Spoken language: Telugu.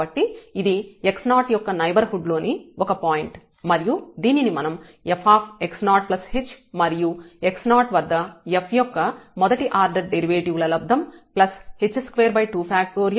కాబట్టి ఇది x0 యొక్క నైబర్హుడ్ లోని ఒక పాయింట్ మరియు దీనిని మనం fx0 ప్లస్ h మరియు x0 వద్ద f యొక్క మొదటి ఆర్డర్ డెరివేటివ్ ల లబ్దం ప్లస్ h22